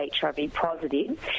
HIV-positive